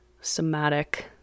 somatic